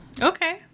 Okay